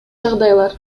жагдайлар